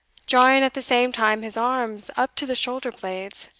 jarring at the same time his arms up to the shoulder-blades.